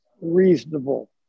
reasonable